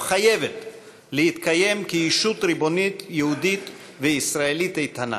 חייבת להתקיים כישות ריבונית יהודית וישראלית איתנה.